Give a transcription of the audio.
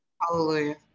Hallelujah